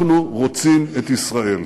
אנחנו רוצים את ישראל.